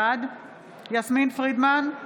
בעד יסמין פרידמן,